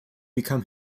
become